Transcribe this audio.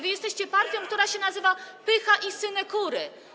Wy jesteście partią, która się nazywa: pycha i synekury.